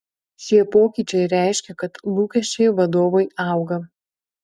šie pokyčiai reiškia kad lūkesčiai vadovui auga